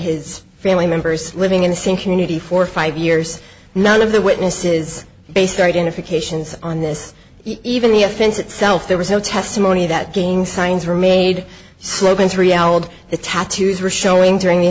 his family members living in the same community for five years none of the witnesses based identifications on this even the offense itself there was no testimony that game signs were made slogans reality the tattoos were showing